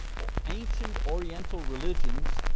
ancient oriental religions,